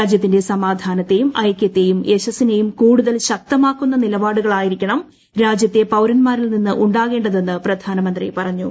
രാജ്യത്തിന്റെ സമാധാനത്തെയും ഐക്യത്തെയും യശസ്റ്റിനെയും കൂടുതൽ ശക്തമാക്കുന്ന നിലപാടുകളായിരിക്കണം രാജ്യത്തെ പൌരൻമാരിൽ നിന്ന് ഉണ്ടാകേണ്ടതെന്ന് പ്രധാനമന്ത്രി പറഞ്ഞു